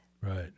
Right